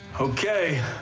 Okay